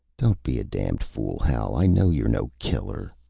don't be a damned fool, hal. i know you're no killer.